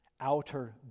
outer